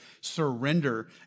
surrender